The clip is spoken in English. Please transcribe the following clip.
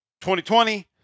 2020